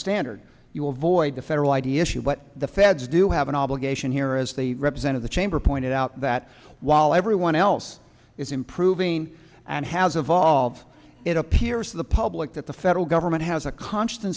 standard you will avoid the federal id issue but the feds do have an obligation here as they represent of the chamber pointed out that while everyone else is improving and has evolved it appears to the public that the federal government has a constant